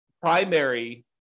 primary